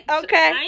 okay